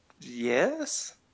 Yes